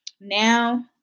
Now